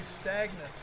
stagnant